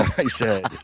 i said,